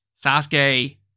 Sasuke